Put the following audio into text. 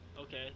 Okay